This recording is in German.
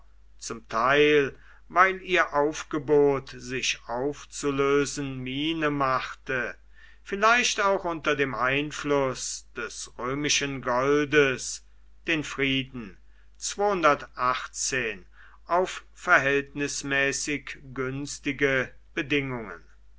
zum teil weil ihr aufgebot sich aufzulösen miene machte vielleicht auch unter dem einfluß des römischen goldes den frieden auf verhältnismäßig günstige bedingungen